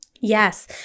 Yes